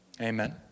amen